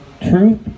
truth